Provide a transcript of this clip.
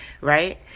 right